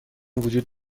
وجود